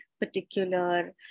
particular